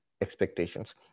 expectations